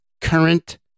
current